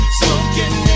smoking